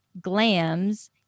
glam's